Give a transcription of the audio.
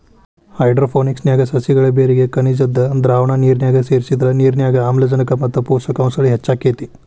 hydroponics ನ್ಯಾಗ ಸಸಿಗಳ ಬೇರಿಗೆ ಖನಿಜದ್ದ ದ್ರಾವಣ ನಿರ್ನ್ಯಾಗ ಸೇರ್ಸಿದ್ರ ನಿರ್ನ್ಯಾಗ ಆಮ್ಲಜನಕ ಮತ್ತ ಪೋಷಕಾಂಶ ಹೆಚ್ಚಾಕೇತಿ